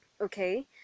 okay